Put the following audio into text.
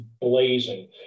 blazing